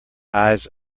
eyes